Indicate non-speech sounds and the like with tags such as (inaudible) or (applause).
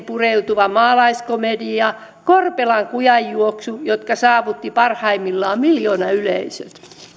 (unintelligible) pureutuva maalaiskomedia korpelan kujanjuoksu jotka saavuttivat parhaimmillaan miljoonayleisöt